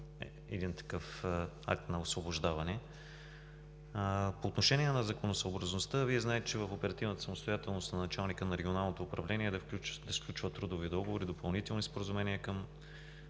един такъв акт на освобождаване. По отношение на законосъобразността знаете, че в оперативната самостоятелност на началника на Регионалното управление е да сключва трудови договори, допълнителни споразумения към